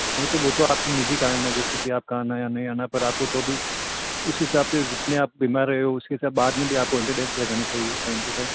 नहीं वो तो आपके निजी कारण जैसे की आपका आना या नहीं आना पर आपको तो अभी उस हिसाब से जितने आप बीमार रहे हो उस हिसाब बाद मे भी आपको अटेंडन्स भी लगवानी चाहिए टाइम टू टाइम